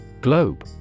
Globe